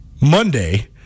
Monday